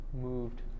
moved